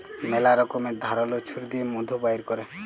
ম্যালা রকমের ধারাল ছুরি দিঁয়ে মধু বাইর ক্যরে